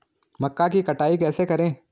मक्का की कटाई कैसे करें?